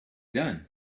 done